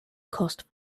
cost